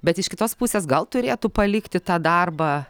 bet iš kitos pusės gal turėtų palikti tą darbą